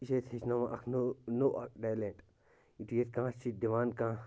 یہِ چھِ اَسہِ ہیٚچھناوان اَکھ نوٚو نوٚو اکھ ٹیل۪نٛٹ یِتھُے ییٚتہِ کانٛہہ چھِ دِوان کانٛہہ